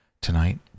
Tonight